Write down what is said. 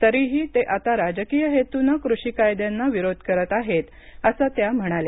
तरीही ते आता राजकीय हेतूनं कृषी कायद्यांना विरोध करत आहेत असं त्या म्हणाल्या